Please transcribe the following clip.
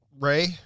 Ray